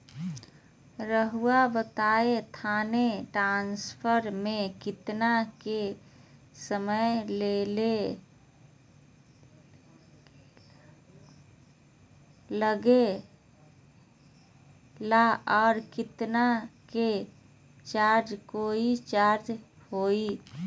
रहुआ बताएं थाने ट्रांसफर में कितना के समय लेगेला और कितना के चार्ज कोई चार्ज होई?